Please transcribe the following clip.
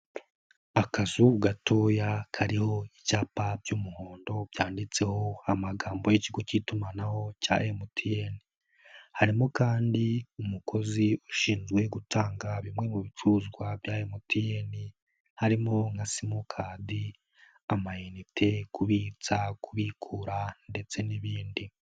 Akazu gatoya kariho icyapa cy'umuhondo cyanditseho amagambo y'ikigo cy'itumanaho cya MTN, harimo kandi umukozi ushinzwe gutanga bimwe mu bicuruzwa bya MTN, harimo amasimukadi, amayinite, kubitsa, kubikura ndetse n'ibindi.